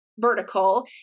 vertical